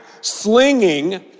slinging